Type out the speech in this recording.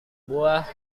buah